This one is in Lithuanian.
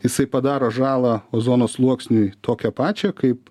jisai padaro žalą ozono sluoksniui tokią pačią kaip